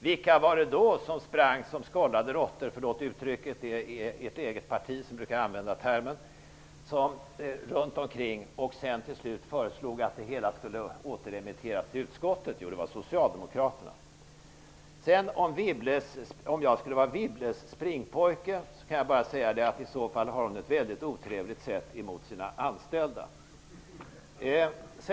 Vilka var det då som sprang runt som skållade råttor och till sist föreslog att ärendet skulle återremitteras till utskottet? Jo, det var Socialdemokraterna. Förlåt uttrycket, det är Socialdemokraterna som brukar tala om skållade råttor. Göran Persson säger att jag är Wibbles springpojke. Då kan jag bara säga att hon i så fall har ett väldigt otrevligt sätt mot sina anställda.